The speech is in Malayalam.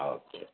ആ ഓക്കെ